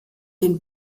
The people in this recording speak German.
den